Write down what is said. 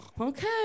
Okay